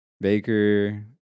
Baker